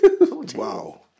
Wow